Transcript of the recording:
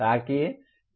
ताकि चिंतित न हों